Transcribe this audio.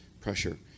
pressure